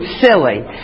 silly